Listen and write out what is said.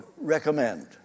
recommend